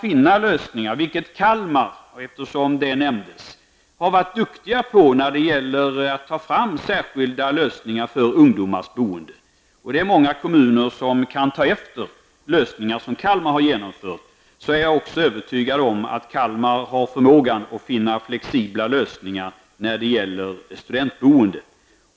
I Kalmar, som nämns, har man varit duktig på att ta fram särskilda lösningar för ungdomars boende. Många kommuner kan ta efter lösningar som Kalmar har genomfört. Jag är därför övertygad om att Kalmar har förmåga att finna flexibla lösningar när det gäller studentboendet.